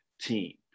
team